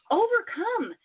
overcome